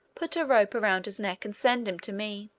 put a rope around his neck and send him to me.